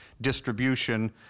distribution